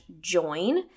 join